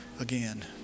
again